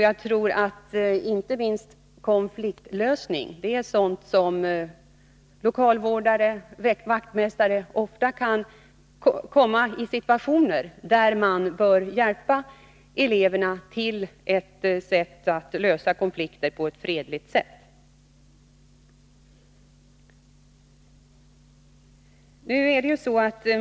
Jag tror att inte minst lokalvårdare och vaktmästare ofta kan komma i situationer där de konkret bör hjälpa eleverna att lösa konflikter på ett fredligt sätt.